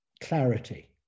clarity